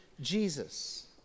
Jesus